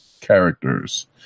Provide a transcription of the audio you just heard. characters